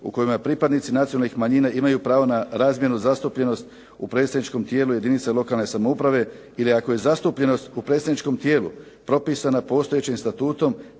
u kojima pripadnici nacionalnih manjina imaju pravo na razmjernu zastupljenost u predstavničkom tijelu jedinica lokalne samouprave ili ako je zastupljenost u predstavničkom tijelu propisana postojećim statutom